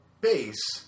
base